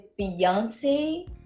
Beyonce